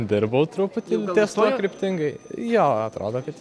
dirbau truputį ties tuo kryptingai jo atrodo kad